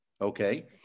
Okay